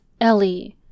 Ellie